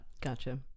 Gotcha